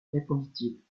répondit